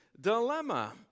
dilemma